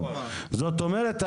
זאת אומרת,